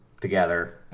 together